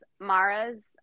Mara's